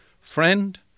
friend